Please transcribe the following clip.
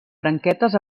branquetes